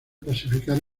clasificar